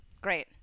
Great